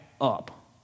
up